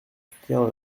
soutenir